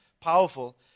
powerful